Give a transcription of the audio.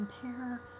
compare